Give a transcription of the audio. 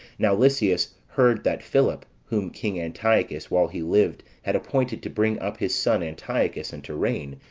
now lysias heard that philip whom king antiochus while he lived had appointed to bring up his son, antiochus, and to reign,